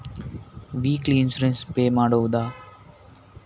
Weekly insurance pay ಮಾಡುವುದ?